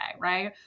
right